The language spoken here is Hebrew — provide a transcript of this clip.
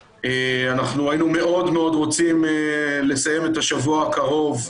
היינו מאוד מאוד רוצים לסיים את השבוע הקרוב,